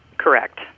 Correct